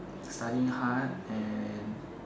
studying hard and